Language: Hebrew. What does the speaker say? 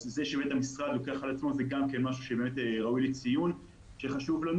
אז זה שהמשרד לוקח על עצמו זה משהו שבאמת ראוי לציון שחשוב לנו